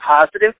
positive